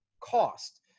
cost